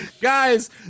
guys